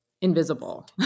invisible